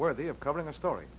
worthy of covering a story